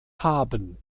haben